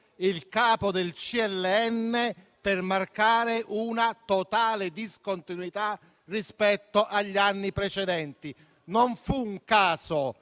nazionale per marcare una totale discontinuità rispetto agli anni precedenti. Non fu un caso